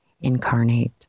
incarnate